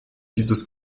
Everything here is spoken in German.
dieses